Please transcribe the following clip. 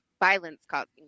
violence-causing